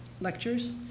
lectures